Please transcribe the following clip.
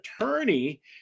attorney